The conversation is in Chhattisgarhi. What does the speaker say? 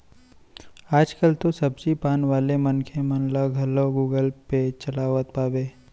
आज कल तो सब्जी पान वाले मनखे मन ल घलौ गुगल पे चलावत पाबे